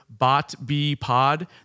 BOTBPOD